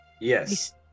Yes